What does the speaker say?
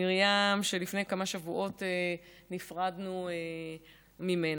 מרים, שלפני כמה שבועות נפרדנו ממנה.